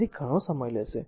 તેથી ઘણો સમય લેશે